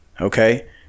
Okay